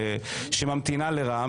היא ממתינה לרע"מ,